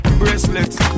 bracelets